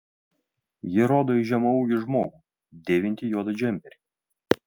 ji rodo į žemaūgį žmogų dėvintį juodą džemperį